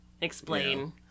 Explain